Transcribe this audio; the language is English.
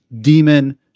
demon